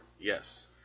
Yes